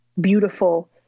beautiful